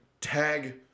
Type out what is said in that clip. tag